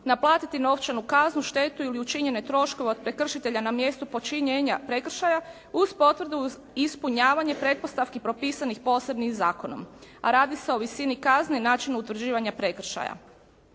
naplatiti novčanu kaznu, štetu ili učinjene troškove od prekršitelja na mjestu počinjenja prekršaja, uz potvrdu ispunjavanja pretpostavki propisanih posebnim zakonom, a radi se o visini kazne, načinu utvrđivanja prekršaja.